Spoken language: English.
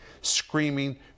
screaming